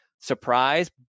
surprise